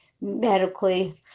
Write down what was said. medically